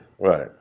right